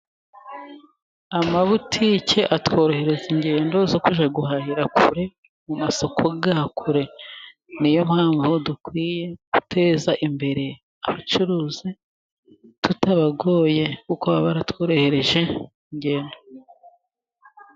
Amabutike atworohereza ingendo, zo kujya guhahira kure, mu masoko ya kure, niyo mpamvu dukwiye guteza imbere abacuruzi tutabagoye, kuko baratworohereje ingendo.